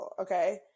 Okay